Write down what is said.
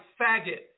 faggot